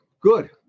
good